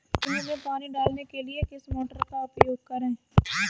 गेहूँ में पानी डालने के लिए किस मोटर का उपयोग करें?